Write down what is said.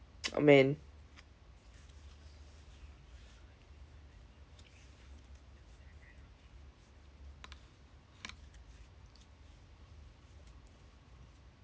oh man